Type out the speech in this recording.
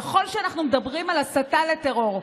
ככל שאנחנו מדברים על הסתה לטרור,